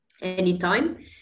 anytime